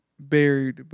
buried